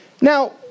Now